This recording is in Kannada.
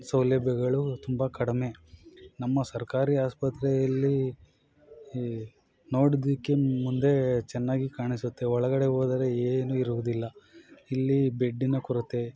ಸೌಲಭ್ಯಗಳು ತುಂಬ ಕಡಿಮೆ ನಮ್ಮ ಸರ್ಕಾರಿ ಆಸ್ಪತ್ರೆಯಲ್ಲಿ ಈ ನೋಡೋದಕ್ಕೆ ಮುಂದೆ ಚೆನ್ನಾಗಿ ಕಾಣಿಸುತ್ತೆ ಒಳಗಡೆ ಹೋದರೆ ಏನೂ ಇರುವುದಿಲ್ಲ ಇಲ್ಲಿ ಬೆಡ್ಡಿನ ಕೊರತೆ